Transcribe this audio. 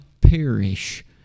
perish